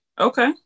Okay